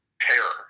terror